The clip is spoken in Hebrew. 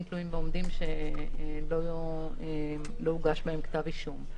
תלויים ועומדים שלא הוגש בהם כתב אישום,